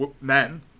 men